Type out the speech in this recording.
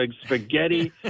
spaghetti